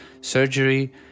surgery